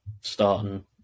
starting